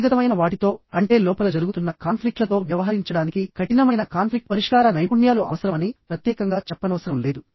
వ్యక్తిగతమైన వాటితో అంటే లోపల జరుగుతున్న కాన్ఫ్లిక్ట్లతో వ్యవహరించడానికి కఠినమైన కాన్ఫ్లిక్ట్ పరిష్కార నైపుణ్యాలు అవసరమని ప్రత్యేకంగా చెప్పనవసరం లేదు